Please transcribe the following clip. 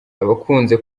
abakunze